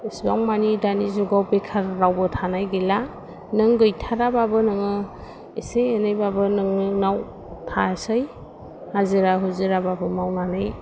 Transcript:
एसिबां मानि दानि जुगाव बेखार रावबो थानाय गैला नों गैथाराबाबो नोङो एसे एनै बाबो नोंनाव थासै हाजिरा हुजिरा बाबो मावनानै